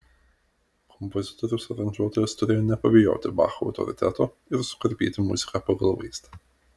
kompozitorius aranžuotojas turėjo nepabijoti bacho autoriteto ir sukarpyti muziką pagal vaizdą